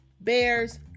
bears